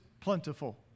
plentiful